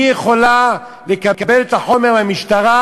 היא יכולה לקבל את החומר מהמשטרה,